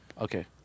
Okay